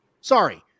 Sorry